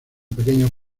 pequeños